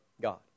God